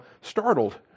startled